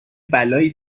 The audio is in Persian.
بلایی